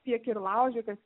tiek ir laužikas